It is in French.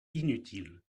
inutile